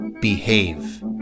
behave